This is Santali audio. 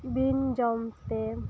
ᱵᱤᱱ ᱡᱚᱢ ᱛᱮ